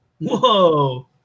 whoa